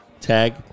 Tag